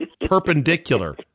perpendicular